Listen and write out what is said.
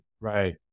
Right